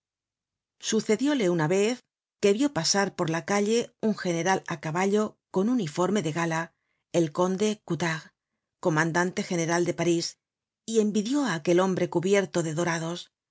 sucedióle una vez que vió pasar por la calle un general á caballo con uniforme de gala el conde coutard comandante general de parís y envidió á aquel hombre cubierto de dorados